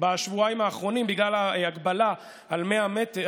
בשבועיים האחרונים בגלל ההגבלה על 100 מטרים,